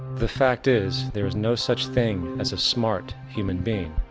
the fact is, there is no such thing as a smart human being,